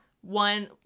One